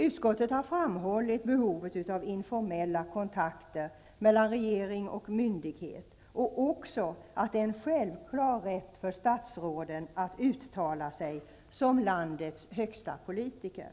Utskottet har framhållit behovet av informella kontakter mellan regering och myndighet och också att det är en självklar rätt för statsråden att uttala sig som landets högsta politiker.